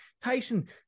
Tyson